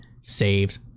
saves